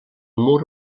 mur